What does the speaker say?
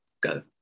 Go